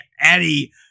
Eddie